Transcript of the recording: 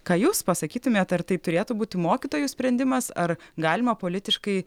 ką jūs pasakytumėt ar tai turėtų būti mokytojų sprendimas ar galima politiškai